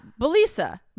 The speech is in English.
Belisa